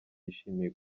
yishimiye